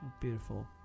beautiful